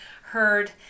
heard